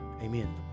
Amen